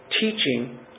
teaching